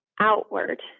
outward